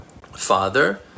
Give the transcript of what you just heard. father